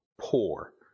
poor